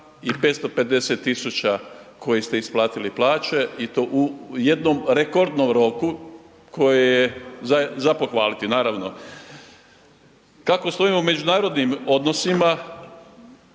i 550 000 koji ste isplatili plaće i to u jednom rekordnom roku koji je za, za pohvaliti naravno. Kako stojimo u međunarodnim odnosima